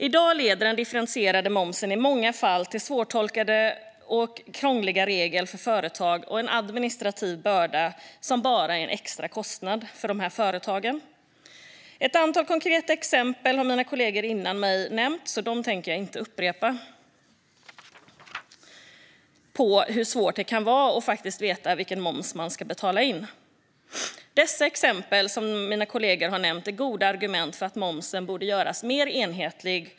I dag leder den differentierade momsen i många fall till svårtolkade och krångliga regler för företag och till en administrativ börda som bara är en extra kostnad för dessa företag. Mina kollegor har redan nämnt ett antal konkreta exempel på hur svårt det kan vara att veta vilken moms man ska betala in, och jag tänker inte upprepa dem. De exempel som mina kollegor har nämnt är goda argument för att momsen borde göras mer enhetlig.